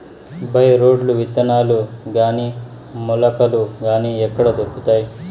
By రోడ్లు విత్తనాలు గాని మొలకలు గాని ఎక్కడ దొరుకుతాయి?